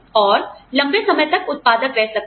और लंबे समय तक उत्पादक रह सकते हैं